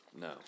no